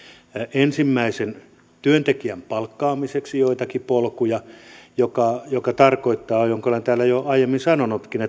ensimmäisen työntekijän palkkaamiseksi joitakin polkuja mikä tarkoittaa minkä olen täällä jo aiemmin sanonutkin